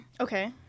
Okay